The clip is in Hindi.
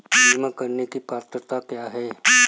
बीमा करने की पात्रता क्या है?